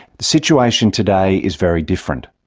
the situation today is very different.